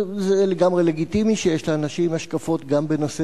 זה לגמרי לגיטימי שיש לאנשים השקפות גם בנושא